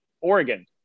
Oregon